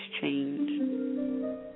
change